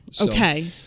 Okay